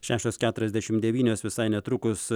šešios keturiasdešimt devynios visai netrukus